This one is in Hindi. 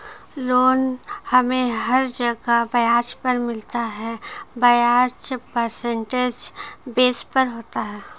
लोन हमे हर जगह ब्याज पर मिलता है ब्याज परसेंटेज बेस पर होता है